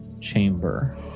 chamber